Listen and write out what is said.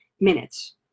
minutes